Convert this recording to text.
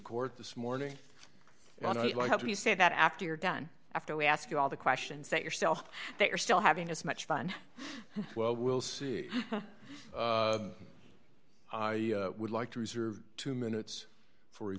court this morning and i'd like you say that after you're done after we ask you all the questions that yourself that you're still having as much fun well we'll see i would like to reserve two minutes f